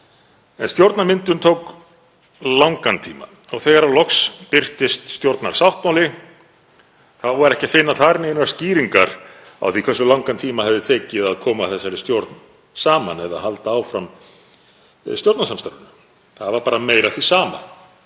En stjórnarmyndun tók langan tíma og þegar stjórnarsáttmáli birtist loks þá var ekki þar að finna neinar skýringar á því hversu langan tíma hefði tekið að koma þessari stjórn saman eða halda áfram stjórnarsamstarfinu. Það var bara meira af því sama